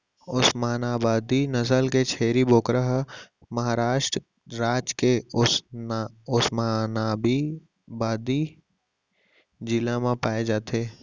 ओस्मानाबादी नसल के छेरी बोकरा ह महारास्ट राज के ओस्मानाबादी जिला म पाए जाथे